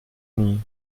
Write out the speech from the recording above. nie